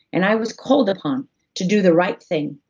and i was called upon to do the right thing,